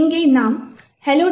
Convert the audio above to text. எனவே இங்கே நாம் hello